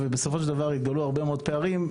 ובסופו של דבר התגלו הרבה מאוד פערים.